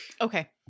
okay